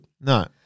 No